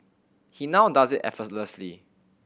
he now does it effortlessly